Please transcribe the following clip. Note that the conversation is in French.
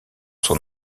son